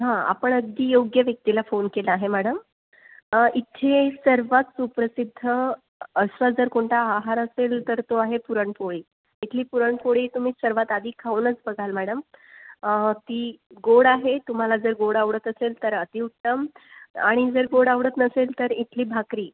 हा आपण अगदी योग्य व्यक्तीला फोन केला आहे मॅडम इथे सर्वात सुप्रसिद्ध असं जर कोणतं आहार असेल तर तो आहे पुरणपोळी इथली पुरणपोळी तुम्ही सर्वात आधी खाऊनच बघाल मॅडम ती गोड आहे तुम्हाला जर गोड आवडत असेल तर अतिउत्तम आणि जर गोड आवडत नसेल तर इथली भाकरी